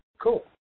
Cool